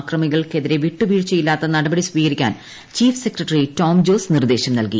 അക്രമികൾക്കെതിരെ വിട്ടുവീഴ്ചയില്ലാത്ത നടപടി സ്വീകരിക്കാൻ ചീഫ് സെക്രട്ടറി ടോം ജോസ് നിർദേശം നൽകി